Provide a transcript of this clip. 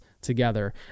together